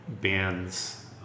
bands